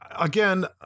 again